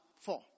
four